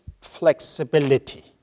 flexibility